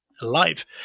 alive